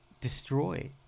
destroy